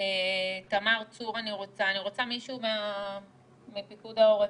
אני רוצה מישהו מפיקוד העורף.